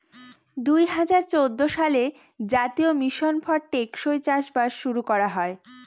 দুই হাজার চৌদ্দ সালে জাতীয় মিশন ফর টেকসই চাষবাস শুরু করা হয়